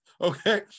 Okay